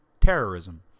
terrorism